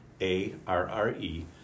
A-R-R-E